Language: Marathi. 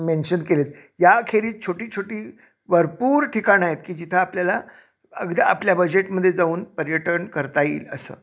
मेन्शन केलेत याखेरीज छोटी छोटी भरपूर ठिकाणं आहेत की जिथं आपल्याला अगदी आपल्या बजेटमध्ये जाऊन पर्यटन करता येईल असं